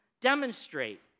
demonstrate